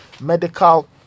medical